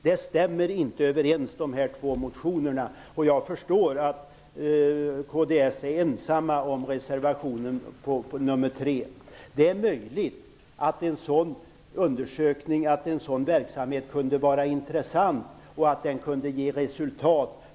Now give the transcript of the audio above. De här två reservationerna stämmer inte överens. Jag förstår att kds är ensamt om reservation 3. Det är möjligt att en sådan undersökning och verksamhet kunde vara intressant och ge resultat.